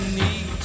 need